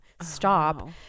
stop